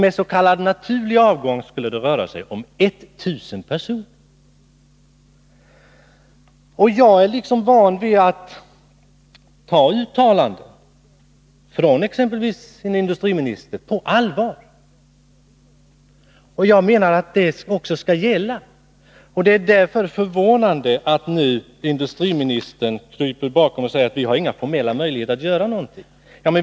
Med s.k. naturlig avgång skulle det röra sig om 1000 personer. Jag är van vid att ta uttalanden från en industriminister på allvar och menar att sådana uttalanden skall gälla. Det är därför förvånande att industriministern nu kryper bakom formuleringar som att ”regeringen inte har några formella möjligheter att ingripa”.